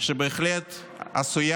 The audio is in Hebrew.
שבהחלט עשויה